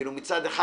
כלומר מצד אחד,